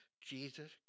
Jesus